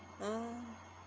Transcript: ah